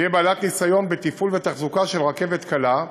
תהיה בעלת ניסיון בתפעול ותחזוקה של רכבת קלה,